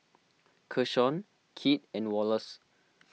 Keshaun Kit and Wallace